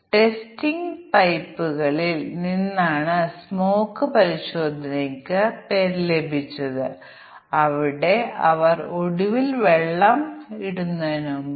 അതിനാൽ പ്രോഗ്രാമർ ഒന്നുകിൽ ഒന്ന് മറന്നേക്കാം ക്ലാസ് ആണെങ്കിൽ അല്ലെങ്കിൽ ഒരുപക്ഷേ ക്ലാസിന്റെ പ്രവർത്തന ഭാഗത്ത് എന്തെങ്കിലും തെറ്റായി എഴുതിയിരിക്കാം